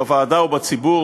בוועדה ובציבור,